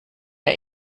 der